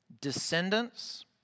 Descendants